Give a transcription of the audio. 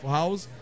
house